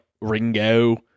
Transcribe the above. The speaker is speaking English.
Ringo